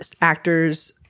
actors –